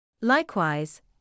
Likewise